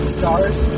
stars